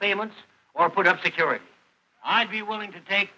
payments or put up security i'd be willing to take